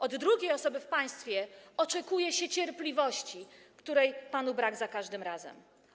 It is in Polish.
Od drugiej osoby w państwie oczekuje się cierpliwości, której panu brak za każdym razem.